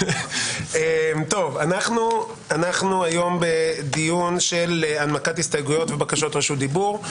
אנחנו היום בדיון של הנמקת הסתייגויות ובקשות רשות דיבור.